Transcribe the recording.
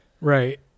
right